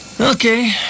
Okay